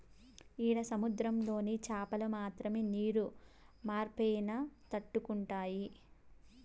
ఈడ సముద్రంలోని చాపలు మాత్రమే నీరు మార్పైనా తట్టుకుంటాయి